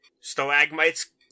stalagmites